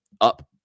up